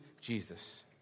Jesus